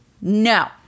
No